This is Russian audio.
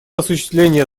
осуществления